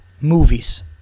movies